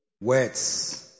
Words